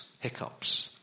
hiccups